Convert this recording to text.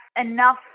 enough